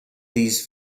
these